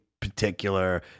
particular